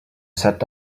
set